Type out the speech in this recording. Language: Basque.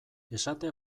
esate